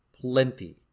plenty